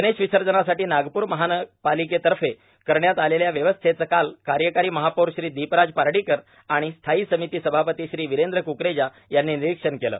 गणेश विसजनासाठां नागपूर महानगरपर्रालकेतफ करण्यात आलेल्या व्यवस्थेचे काल कायकारां महापौर श्री दोपराज पार्डाकर आर्ण स्थायी सर्सामती सभापती श्री वीरद्र कुकरेजा यांनी र्भनरोक्षण केले